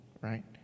right